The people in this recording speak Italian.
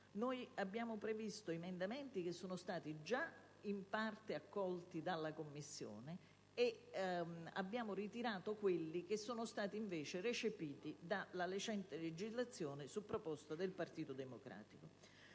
Abbiamo previsto emendamenti che sono stati già in parte accolti dalla Commissione e abbiamo ritirato quelli che sono stati invece recepiti dalla recente legislazione, su proposta del Partito Democratico.